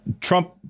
Trump